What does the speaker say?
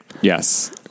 Yes